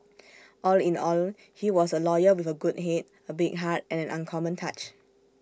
all in all he was A lawyer with A good Head A big heart and an uncommon touch